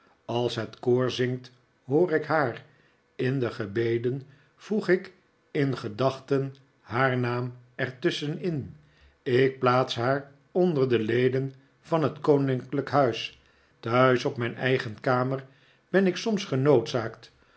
als het koor zingt r hoor ik haar in de gebeden voeg ik in gedachten haar naam er tusschen in ik plaats haar onder de leden van het koninklijke huis thuis op mijn eigen kamer ben ik soms genoodzaakt